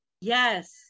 yes